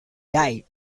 died